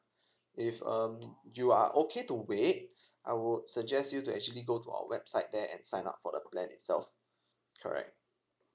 it's um you are okay to wait I would suggest you to actually go to our website there and sign up for the plan itself correct